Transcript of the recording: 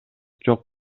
жок